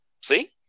See